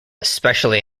especially